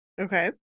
Okay